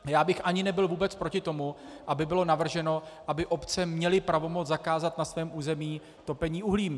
Ani bych nebyl vůbec proti tomu, aby bylo navrženo, aby obce měly pravomoc zakázat na svém území topení uhlím.